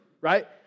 right